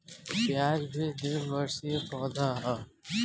प्याज भी द्विवर्षी पौधा हअ